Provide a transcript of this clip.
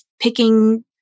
picking